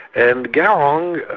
and garang,